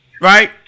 right